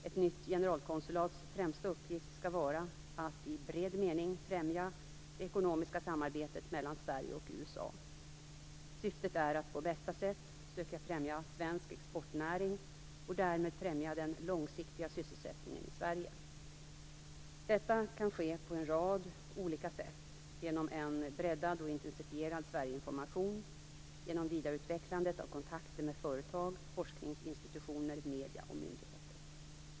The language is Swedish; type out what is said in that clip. Ett nytt generalkonsulats främsta uppgift skall vara att i bred mening främja det ekonomiska samarbetet mellan Sverige och USA. Syftet är att på bästa sätt söka främja svensk exportnäring och därmed främja den långsiktiga sysselsättningen i Sverige. Detta kan ske på en rad olika sätt, genom en breddad och intensifierad Sverigeinformation, genom vidareutvecklandet av kontakter med företag, forskningsinstitutioner, medier och myndigheter.